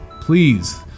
please